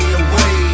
away